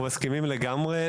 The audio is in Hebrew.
אנחנו מסכימים לגמרי,